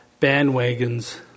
bandwagons